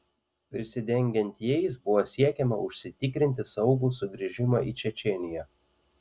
prisidengiant jais buvo siekiama užsitikrinti saugų sugrįžimą į čečėniją